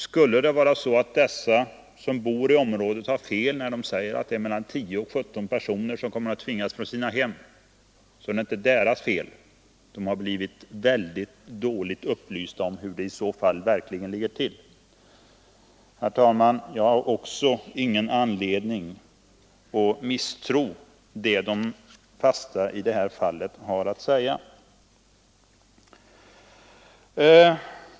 Skulle det vara så att de personer som bor i området har fel när de påstår att det är mellan 10 och 17 personer som tvingas från sina hem så bär inte de skulden för denna felbedömning. De har i så fall blivit dåligt upplysta om hur det verkligen ligger till. Jag har inte heller någon anledning att misstro vad den fasta befolkningen säger.